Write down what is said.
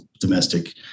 domestic